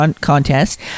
contest